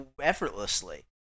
effortlessly